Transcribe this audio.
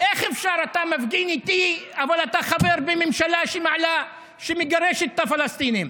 איך אפשר שאתה מפגין איתי אבל אתה חבר בממשלה שמגרשת את הפלסטינים?